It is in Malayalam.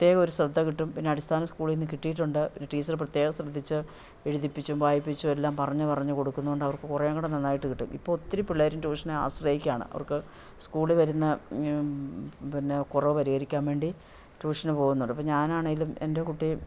പ്രത്യേക ഒരു ശ്രദ്ധ കിട്ടും പിന്നെ അടിസ്ഥാനം സ്കൂളിൽ നിന്ന് കിട്ടിയിട്ടുണ്ട് പിന്നെ ടീച്ചർ പ്രത്യേകം ശ്രദ്ധിച്ചു എഴുതിപ്പിച്ചും വായിപ്പിച്ചും എല്ലാം പറഞ്ഞു പറഞ്ഞു കൊടുക്കുന്നുണ്ട് അവർക്ക് കുറേയും കൂടെ നന്നായിട്ട് കിട്ടും ഇപ്പം ഒത്തിരി പിള്ളേരും ട്യൂഷന് ആശ്രയിക്കുകയാണ് അവർക്ക് സ്കൂളിൽ വരുന്ന പിന്നെ കുറവ് പരിഹകരിക്കാൻ വേണ്ടി ട്യൂഷന് പോകുന്നുണ്ട് അപ്പം ഞാൻ ആണെങ്കിലും എൻ്റെ കുട്ടി